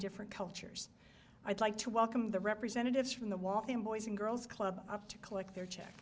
different cultures i'd like to welcome the representatives from the walking boys and girls club up to collect their check